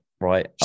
Right